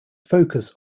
focus